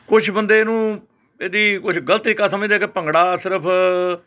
ਕੁਛ ਬੰਦੇ ਇਹਨੂੰ ਇਹਦੀ ਕੁਛ ਗਲਤ ਈ ਕਸਮ ਇਹਦੇ ਕਿ ਭੰਗੜਾ ਸਿਰਫ਼